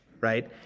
right